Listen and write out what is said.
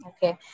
Okay